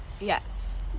Yes